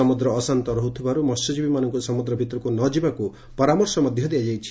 ସମୁଦ୍ର ଅଶାନ୍ତ ରହୁଥିବାରୁ ମହ୍ୟଜୀବୀମାନଙ୍ଙୁ ସମୁଦ୍ର ଭିତରକୁ ନ ଯିବାକୁ ପରାମର୍ଶ ଦିଆଯାଇଛି